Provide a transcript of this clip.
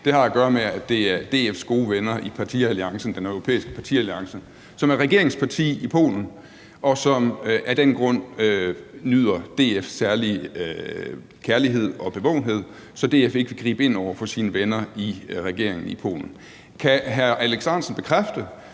har at gøre med, at det er DF's gode venner i den europæiske partialliance, som er regeringsparti i Polen, og som af den grund nyder DF's særlige kærlighed og bevågenhed, så DF ikke vil gribe ind over for sine venner i regeringen i Polen. Kan hr. Alex Ahrendtsen bekræfte,